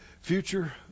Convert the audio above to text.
future